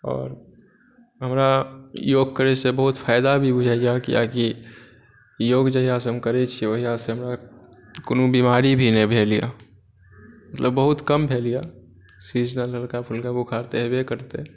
आओर हमरा योग करयसँ बहुत फायदा भी बुझाइए किआकि योग जहिआसँ हम करैत छी तहिआसँ हमरा कोनो बीमारी भी नहि भेल यए मतलब बहुत कम भेल यए सिजनल हल्का फुल्का बुखार तऽ हेबे करतै